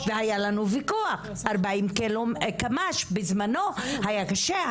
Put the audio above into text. והיה לנו ויכוח 40 קילומטר בזמנו היה קשה.